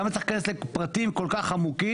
למה צריך להיכנס לפרטים כל כך עמוקים?